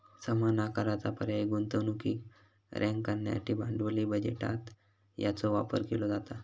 समान आकाराचा पर्यायी गुंतवणुकीक रँक करण्यासाठी भांडवली बजेटात याचो वापर केलो जाता